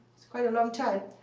it's quite a long time.